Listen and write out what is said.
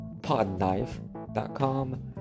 PodKnife.com